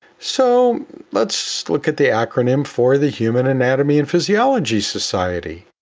so let's look at the acronym for the human anatomy and physiology society,